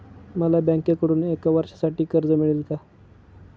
मला बँकेकडून एका वर्षासाठी कर्ज मिळेल का?